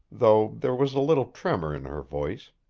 though there was a little tremor in her voice.